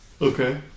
Okay